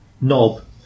knob